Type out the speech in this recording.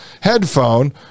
headphone